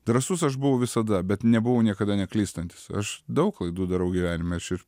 drąsus aš buvau visada bet nebuvau niekada neklystantis aš daug klaidų darau gyvenime aš ir